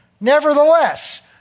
Nevertheless